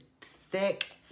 thick